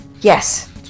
Yes